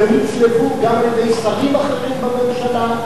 והם הוצלבו גם על-ידי שרים אחרים בממשלה,